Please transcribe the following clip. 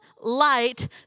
light